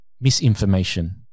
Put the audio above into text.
misinformation